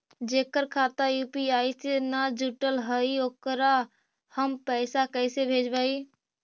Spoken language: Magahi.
जेकर खाता यु.पी.आई से न जुटल हइ ओकरा हम पैसा कैसे भेजबइ?